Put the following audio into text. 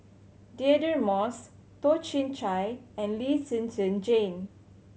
Deirdre Moss Toh Chin Chye and Lee Zhen Zhen Jane